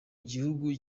gihugu